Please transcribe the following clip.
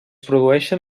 produeixen